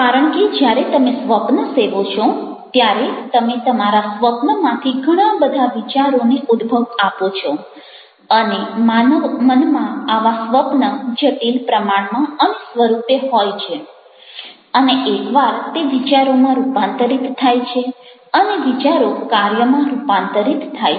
કારણ કે જ્યારે તમે સ્વપ્ન સેવો છો ત્યારે તમે તમારા સ્વપ્નમાંથી ઘણા બધા વિચારોને ઉદ્ભવ આપો છો અને માનવ મનમાં આવા સ્વપ્ન જટિલ પ્રમાણમાં અને સ્વરૂપે હોય છે અને એક્વાર તે વિચારોમાં રૂપાંતરિત થાય છે અને વિચારો કાર્યમાં રૂપાંતરિત થાય છે